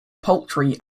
poultry